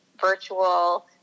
virtual